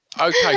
Okay